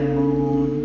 moon